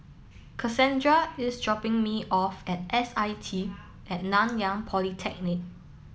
Cassandra is dropping me off at S I T at Nan yang Polytechnic